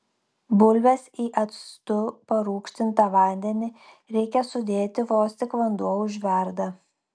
bulves į actu parūgštintą vandenį reikia sudėti vos tik vanduo užverda